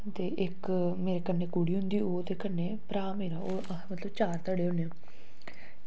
ते इक मेरे कन्नै कुड़ी होंदी ओह ते कन्नै भ्राऽ मेरा ओह् अस मतलव चार धड़े होन्ने